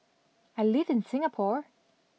I live in Singapore